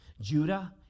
Judah